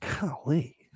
Golly